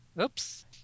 Oops